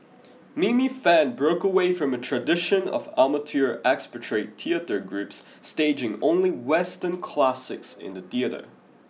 Mini Fan broke away from a tradition of amateur expatriate theatre groups staging only western classics in the theatre